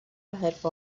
حرفه